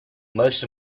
most